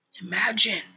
Imagine